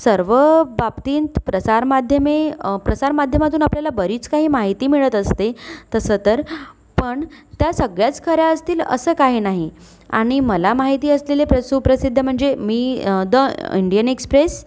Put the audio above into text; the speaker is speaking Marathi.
सर्व बाबतींत प्रसारमाध्यमे प्रसारमाध्यमातून आपल्याला बरीच काही माहिती मिळत असते तसं तर पण त्या सगळ्याच खऱ्या असतील असं काही नाही आणि मला महिती असलेले प्र सुप्रसिद्ध म्हणजे मी द इंडियन एक्सप्रेस